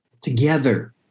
together